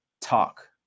talk